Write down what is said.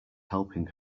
helping